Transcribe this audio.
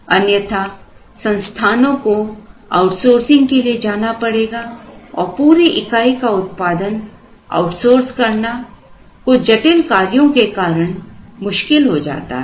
अन्यथा संस्थानों को आउटसोर्सिंग के लिए जाना पड़ेगा और पूरी इकाई का उत्पादन आउटसोर्स करना कुछ जटिल कार्यों के कारण मुश्किल हो सकता है